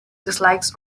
dislikes